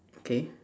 okay